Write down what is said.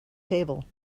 table